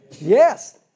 Yes